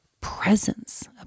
presence